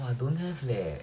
I don't have leh